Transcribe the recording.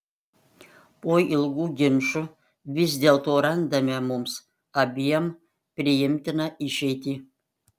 po ilgų ginčų vis dėlto randame mums abiem priimtiną išeitį